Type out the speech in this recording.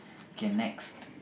okay next